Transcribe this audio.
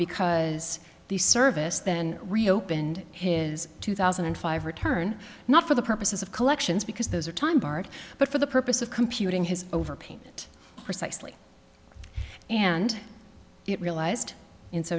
because the service then reopened his two thousand and five return not for the purposes of collections because those are time barred but for the purpose of computing his overpayment precisely and it